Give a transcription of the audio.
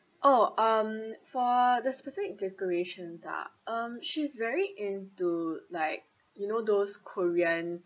oh um for the specific decorations ah um she is very into like you know those korean